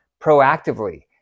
proactively